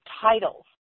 titles